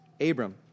Abram